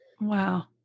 Wow